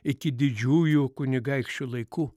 iki didžiųjų kunigaikščių laikų